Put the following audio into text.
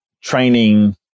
training